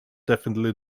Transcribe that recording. definitely